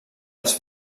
els